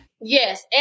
Yes